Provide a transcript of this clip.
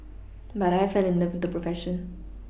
but I fell in love with the profession